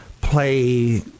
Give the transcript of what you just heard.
play